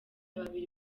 babiri